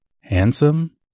handsome